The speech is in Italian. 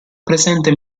presenta